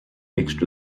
mixed